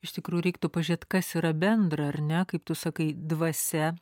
iš tikrųjų reiktų pažiūrėt kas yra bendra ar ne kaip tu sakai dvasia